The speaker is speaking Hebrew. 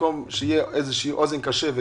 במקום שיהיה אוזן קשבת